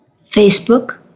Facebook